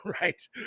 right